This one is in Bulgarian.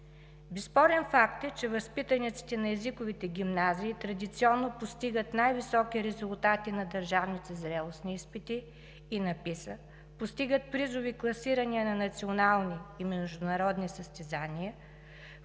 Безспорен факт е, че възпитаниците на езиковите гимназии традиционно постигат най-високи резултати на държавните зрелостни изпити, постигат призови класирания на национални и международни състезания,